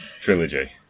Trilogy